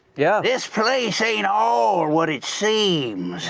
yeah this place ain't all what it seems.